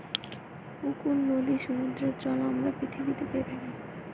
পুকুর, নদীর, সমুদ্রের জল আমরা পৃথিবীতে পেয়ে থাকি